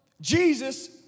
Jesus